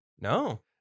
no